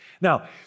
Now